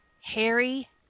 Harry